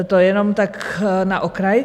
To jenom tak na okraj.